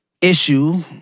Issue